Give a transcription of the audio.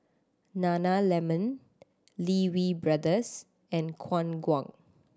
Nana Lemon Lee Wee Brothers and Khong Guan